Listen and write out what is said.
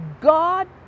God